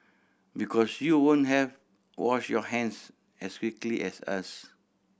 because you won't have washed your hands as quickly as us